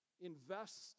Invest